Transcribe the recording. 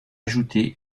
ajouté